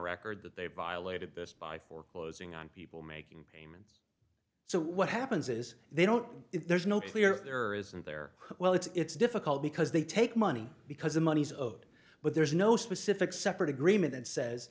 record that they violated this by foreclosing on people making payments so what happens is they don't if there's no clear there or isn't there well it's difficult because they take money because the money's of it but there's no specific separate agreement that says